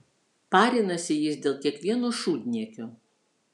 parinasi jis dėl kiekvieno šūdniekio